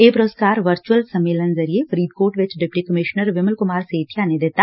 ਇਹ ਪੁਰਸਕਾਰ ਵਰਚੁਅਲ ਸੰਮੇਲਨ ਜ਼ਰੀਏ ਫਰੀਦਕੋਟ ਵਿਚ ਡਿਪਟੀ ਕਮਿਸ਼ਨਰ ਵਿਮਲ ਕੁਮਾਰ ਸੇਤੀਆ ਨੇ ਦਿੱਤਾ